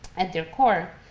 at their core,